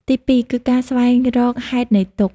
ទីពីរ គឺការស្វែងរកហេតុនៃទុក្ខ។